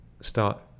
start